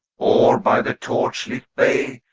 or by the torch-lit bay,